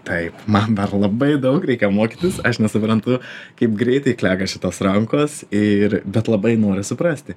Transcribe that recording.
taip man dar labai daug reikia mokytis aš nesuprantu kaip greitai klega šitos rankos ir bet labai noriu suprasti